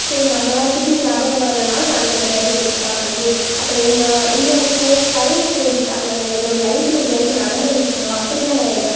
சரி நம்மளாக திடீர்னு ஞாபகம் வரலனாலும் நாளைக்கு இந்த டைரியை எடுத்து பார்க்குறது அப்புறம் இன்னும் இன்னும் வரைக்கும் பழைய ஸ்டோரீஸ் அந்த என்னோட லைஃப்பில் இது வரைக்கும் நடந்த விஷயங்கள் அப்படிலாம் நான் எழுதுவேன்